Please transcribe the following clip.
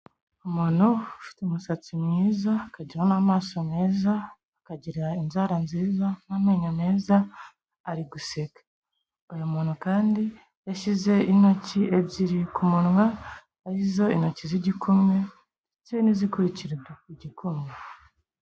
Umuntu ufite umusatsi mwiza, akagira n'amaso meza, akagira inzara nziza, n'amenyo meza, ari guseka, uyu muntu kandi yashyize intoki ebyiri ku munwa, arizo intoki z'igikumwe ndetse n'izikurikira igikumwe.